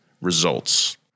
results